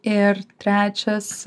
ir trečias